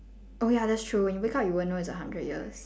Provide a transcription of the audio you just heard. oh ya that's true when you wake up you won't know it's a hundred years